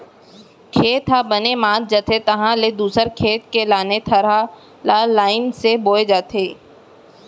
खेत ह बने मात जाथे तहाँ ले दूसर खेत के लाने थरहा ल लईन से बोए जाथे